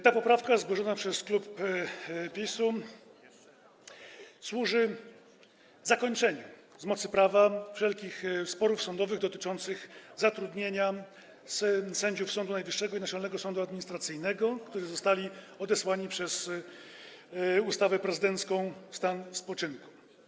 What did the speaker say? Ta poprawka zgłoszona przez klub PiS-u służy zakończeniu z mocy prawa wszelkich sporów sądowych dotyczących zatrudnienia sędziów Sądu Najwyższego i Naczelnego Sądu Administracyjnego, którzy przeszli z mocy ustawy prezydenckiej w stan spoczynku.